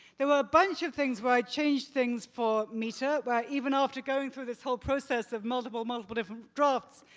there were a bunch of things where i changed things for meter, but even after going through this whole process of multiple, multiple different drafts,